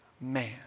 man